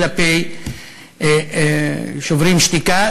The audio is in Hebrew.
כלפי "שוברים שתיקה"?